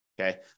Okay